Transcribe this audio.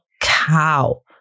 cow